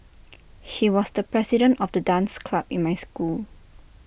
he was the president of the dance club in my school